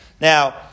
Now